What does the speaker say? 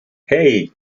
hey